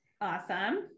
Awesome